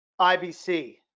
ibc